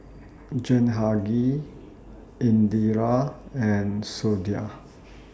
Jehangirr Indira and Sudhir